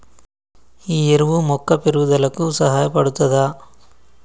ఈ ఎరువు మొక్క పెరుగుదలకు సహాయపడుతదా?